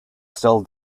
still